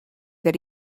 that